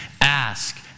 ask